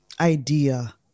idea